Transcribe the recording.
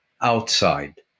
outside